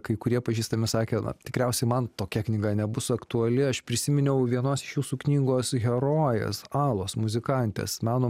kai kurie pažįstami sakė na tikriausiai man tokia knyga nebus aktuali aš prisiminiau vienos iš jūsų knygos herojės alos muzikantės meno